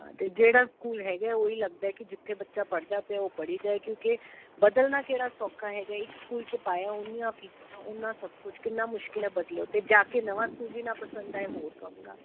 ਹਾਂ ਜਿਹੜਾ ਸਕੂਲ ਹੈਗਾ ਉਹੀ ਲੱਗਦਾ ਕਿ ਜਿੱਥੇ ਬੱਚਾ ਪੜਦਾ ਪਿਆ ਉਹ ਪੜ੍ਹੀ ਜਾਏ ਕਿਉਂਕਿ ਬਦਲਣਾ ਕਿਹੜਾ ਸੌਖਾ ਹੈਗਾ ਇੱਕ ਸਕੂਲ 'ਚ ਪਾਇਆ ਉਹਨੀਆਂ ਫੀਸਾਂ ਉਹਨਾਂ ਸਭ ਕੁਝ ਕਿੰਨਾ ਮੁਸ਼ਕਿਲਾਂ ਬਦਲੋ ਤੇ ਜਾ ਕੇ ਨਵਾਂ ਸਕੂਲ ਵੀ ਨਾ ਪਸੰਦ ਆਏ ਹੋਰ ਕਹੂੰਗਾ